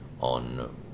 on